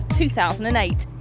2008